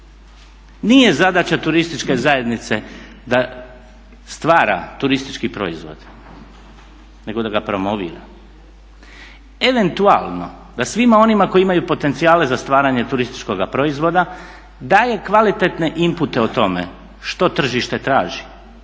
Nije zadaća turističke zajednice da stvara turistički proizvod nego da ga promovira. Eventualno da svima onima koji imaju potencijale za stvaranje turističkoga proizvoda daje kvalitetne inpute o tome što tržište traži,